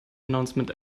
announcement